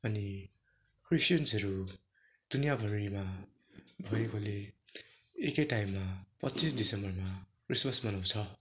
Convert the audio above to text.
अनि क्रिस्चियनहरू दुनियाँभरैमा भएकोले एकै टाइममा पच्चिस दिसम्बरमा क्रिममस मनाउँछ